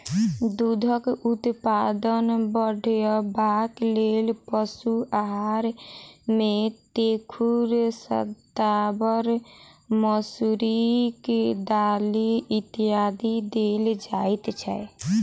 दूधक उत्पादन बढ़यबाक लेल पशुक आहार मे तेखुर, शताबर, मसुरिक दालि इत्यादि देल जाइत छै